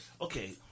Okay